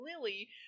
Lily